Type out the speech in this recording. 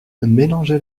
mélanger